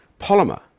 polymer